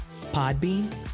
Podbean